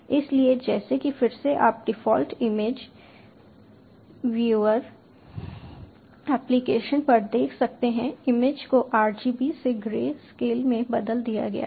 इसलिए जैसा कि फिर से आप डिफ़ॉल्ट इमेज व्यूर एप्लिकेशन पर देख सकते हैं इमेज को RGB से ग्रे स्केल में बदल दिया गया है